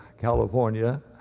California